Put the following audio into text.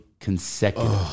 Consecutive